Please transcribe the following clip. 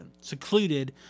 secluded